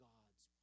God's